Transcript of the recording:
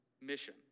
mission